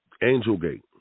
Angelgate